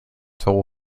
toll